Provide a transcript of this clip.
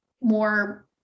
more